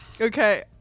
Okay